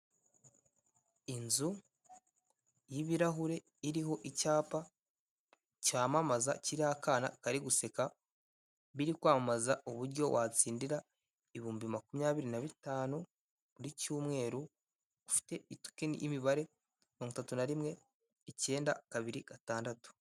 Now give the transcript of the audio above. Inzu y'ibirahure iriho icyapa cyamamaza kiriho akana kari guseka, biri kwamamaza uburyo watsindira ibihumbi makumyabiri na bitanu, buri cyumweru bifite tokeni y'imibare mirongo itatu na rimwe icyenda kabiri gatandatu.